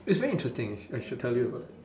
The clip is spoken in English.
it's very interesting I should tell you about